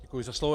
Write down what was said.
Děkuji za slovo.